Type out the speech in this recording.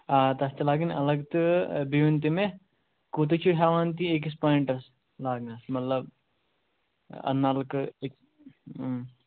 آ تَتھ چھِ لاگٕنۍ الگ تہٕ بیٚیہِ ؤنۍ تَو مےٚ کوٗتاہ چھُ ہٮ۪وان تُہۍ أکِس پوایِنٛٹَس لاگنَس مطلب نَلکہٕ أک